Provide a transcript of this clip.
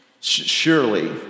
Surely